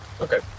Okay